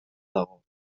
dago